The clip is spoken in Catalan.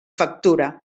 factura